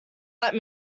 let